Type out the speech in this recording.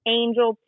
angel